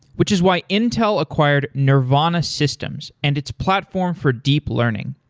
which is why intel acquired nervana systems and its platform for deep learning.